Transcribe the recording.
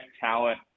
talent